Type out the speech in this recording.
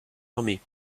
armée